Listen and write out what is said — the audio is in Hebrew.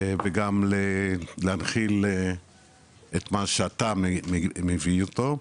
וגם להנחיל את מה שהתא מביא אותו,